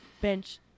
bench